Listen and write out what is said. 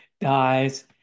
dies